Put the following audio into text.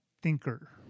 thinker